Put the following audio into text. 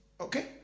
Okay